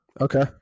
okay